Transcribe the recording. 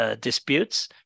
disputes